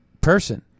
person